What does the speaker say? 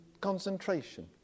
concentration